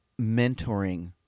mentoring